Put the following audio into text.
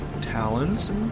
talons